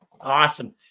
Awesome